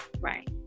right